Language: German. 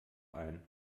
ein